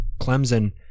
Clemson